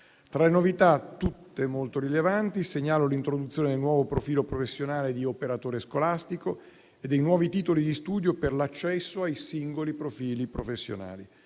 Tra le novità, tutte molto rilevanti, segnalo l'introduzione del nuovo profilo professionale di operatore scolastico e dei nuovi titoli di studio per l'accesso ai singoli profili professionali.